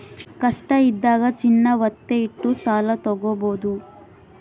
ಕಷ್ಟ ಇದ್ದಾಗ ಚಿನ್ನ ವತ್ತೆ ಇಟ್ಟು ಸಾಲ ತಾಗೊಬೋದು